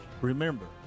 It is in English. Remember